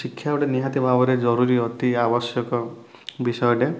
ଶିକ୍ଷା ଗୁଟେ ନିହାତି ଭାବରେ ଜରୁରୀ ଅତି ଆବଶ୍ୟକ ବିଷୟଟେ